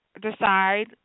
decide